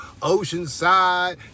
Oceanside